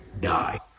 die